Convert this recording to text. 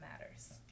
matters